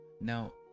Now